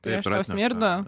tai aš tau smirdu